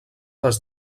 des